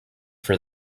for